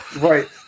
Right